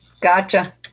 Gotcha